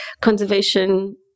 conservation